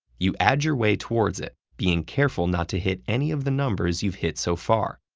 you add your way towards it, being careful not to hit any of the numbers you've hit so far.